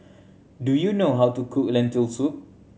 do you know how to cook Lentil Soup